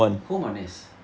home or nest